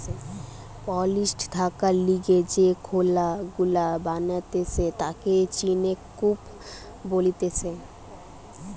poultry থাকার লিগে যে খুলা গুলা বানাতিছে তাকে চিকেন কূপ বলতিছে